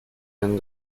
and